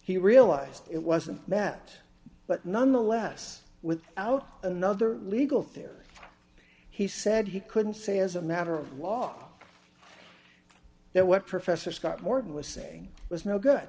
he realized it wasn't met but nonetheless with out another legal theory he said he couldn't say as a matter of law that what professor scott morton was saying was no good